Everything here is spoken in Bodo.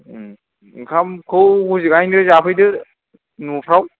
ओंखामखौ हजोंहायनो जाफैदो न'फ्राव